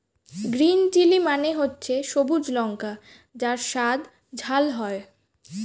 green chilli মানে হচ্ছে সবুজ লঙ্কা যার স্বাদ ঝাল হয়